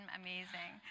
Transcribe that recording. amazing